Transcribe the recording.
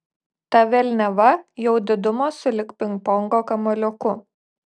ta velniava jau didumo sulig pingpongo kamuoliuku